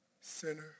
sinner